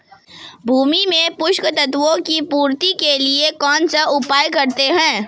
भूमि में पोषक तत्वों की पूर्ति के लिए कौनसा उपाय करते हैं?